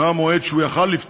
מהמועד שהוא יכול היה לפתוח,